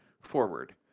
forward